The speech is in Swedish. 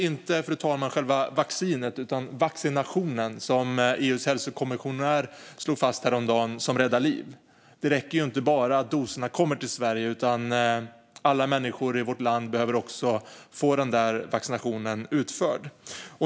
Det är inte själva vaccinet utan vaccinationen som räddar liv, vilket EU:s hälsokommissionär slog fast häromdagen. Det räcker inte att doserna kommer till Sverige, utan alla människor i vårt land måste också få vaccinationen utförd.